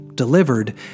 delivered